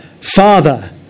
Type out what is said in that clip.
Father